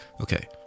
Okay